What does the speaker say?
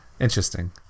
Interesting